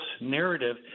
narrative